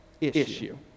issue